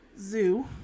zoo